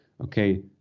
okay